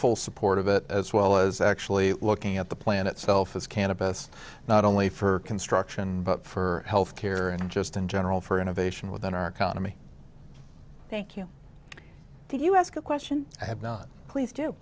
full support of it as well as actually looking at the plan itself is cannabis not only for construction but for health care and just in general for innovation within our economy thank you did you ask a question i have not please do